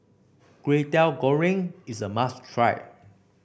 Kway Teow Goreng is a must try